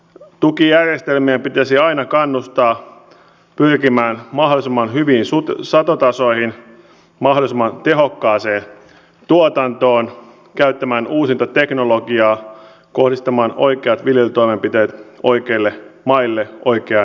tukijärjestelmiä pitäisi aina kannustaa pyrkimään mahdollisimman hyviin satotasoihin mahdollisimman tehokkaaseen tuotantoon käyttämään uusinta teknologiaa kohdistamaan oikeat viljelytoimenpiteet oikeille maille oike